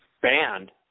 banned